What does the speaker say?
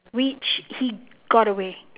which he got away